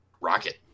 rocket